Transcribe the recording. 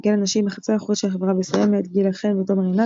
"כלא נשים החצר האחורית של החברה בישראל" מאת גילה חן ותומר עינת,